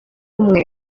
umwe